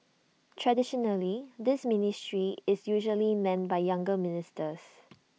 traditionally this ministry is usually manned by younger ministers